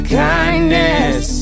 kindness